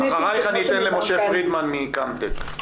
אחריך אני אתן למשה פרידמן מקמאטק.